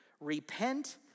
Repent